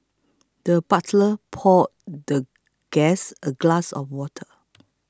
the butler poured the guest a glass of water